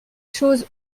choses